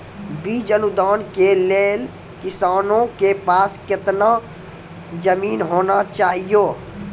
बीज अनुदान के लेल किसानों के पास केतना जमीन होना चहियों?